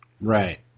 Right